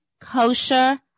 kosher